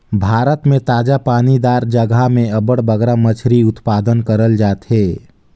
भारत में ताजा पानी दार जगहा में अब्बड़ बगरा मछरी उत्पादन करल जाथे